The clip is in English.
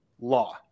law